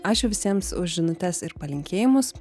ačiū visiems už žinutes ir palinkėjimus